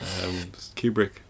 Kubrick